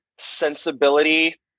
sensibility